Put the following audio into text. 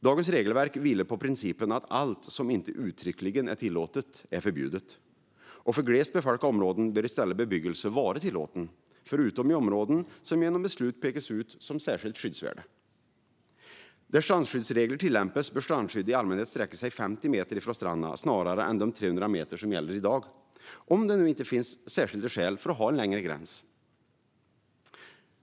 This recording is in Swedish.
Dagens regelverk vilar på principen att allt som inte uttryckligen är tillåtet är förbjudet. För glest befolkade områden bör i stället bebyggelse vara tillåten, förutom i områden som genom beslut pekas ut som särskilt skyddsvärda. Där strandskyddsregler tillämpas bör strandskyddet i allmänhet sträcka sig 50 meter från stranden, snarare än de 300 meter som gäller i dag, om det inte finns särskilda skäl att ha en längre gräns.